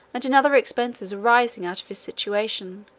and in other expenses arising out of his situation,